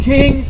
King